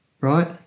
right